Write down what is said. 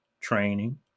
training